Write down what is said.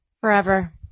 forever